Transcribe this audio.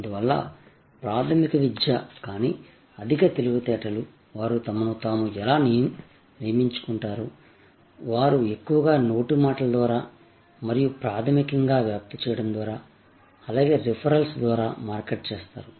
అందువల్ల ప్రాథమిక విద్య కానీ అధిక తెలివితేటలు వారు తమను తాము ఎలా నియమించుకుంటారో వారు ఎక్కువగా నోటి మాటల ద్వారా మరియు ప్రాథమికంగా వ్యాప్తి చేయడం ద్వారా అలాగే రిఫరల్స్ ద్వారా మార్కెట్ చేస్తారు